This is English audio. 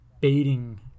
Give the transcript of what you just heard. baiting